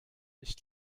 ich